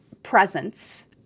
presence